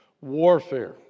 warfare